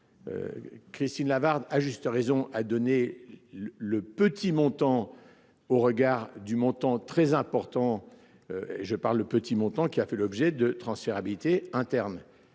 Christine Lavarde à juste raison a donné. Le petit montant. Au regard du montant très important. Et je parle de petits montants, qui a fait l'objet de transférabilité interne.